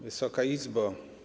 Wysoka Izbo!